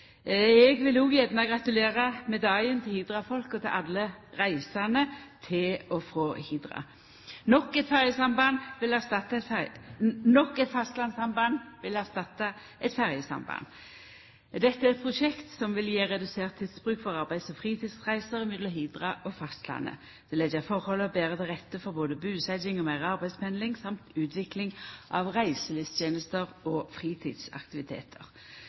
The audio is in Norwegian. Eg vil òg gjerne seia gratulerer med dagen til Hidra-folk og til alle reisande til og frå Hidra. Nok eit fastlandssamband vil erstatta eit ferjesamband. Dette er eit prosjekt som vil gje redusert tidsbruk for arbeids- og fritidsreiser mellom Hidra og fastlandet. Det vil leggja tilhøva betre til rette for både busetjing og meir arbeidspendling og utvikling av reiselivstenester og fritidsaktivitetar.